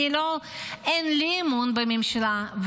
אין לי אמון בממשלה,